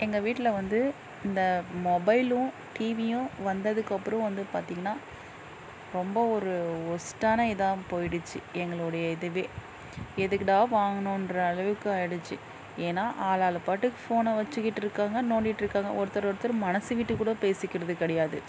எங்கள் வீட்டில் வந்து இந்த மொபைலும் டிவியும் வந்ததுக்கப்புறம் வந்து பார்த்தீங்கனா ரொம்ப ஒரு ஒஸ்ட்டான இதாக போய்டுச்சு எங்களுடைய இதுவே எதுக்குடா வாங்குகினோன்ற அளவுக்கு ஆய்டுச்சு ஏனால் ஆளாளு பாட்டுக்கு ஃபோனை வச்சுக்கிட்டுருக்காங்க நோண்டிட்ருக்காங்கள் ஒருத்தர் ஒருத்தர் மனசுவிட்டுக்கூட பேசிக்கிறது கிடையாது